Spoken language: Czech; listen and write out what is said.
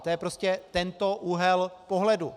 To je prostě tento úhel pohledu.